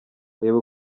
reba